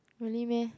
really meh